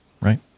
right